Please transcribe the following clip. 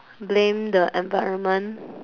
blame the environment